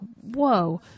whoa